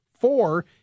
Four